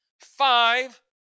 five